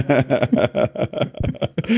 a